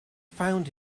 found